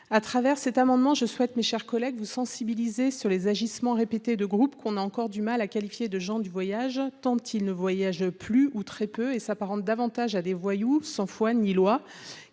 à travers cet amendement, je souhaite mes chers collègues vous sensibiliser sur les agissements répétés de groupes qu'on a encore du mal à qualifier de gens du voyage tentent ne voyagent plus ou très peu et s'apparente davantage à des voyous sans foi ni loi